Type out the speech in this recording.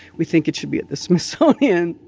we think it should be at the smithsonian.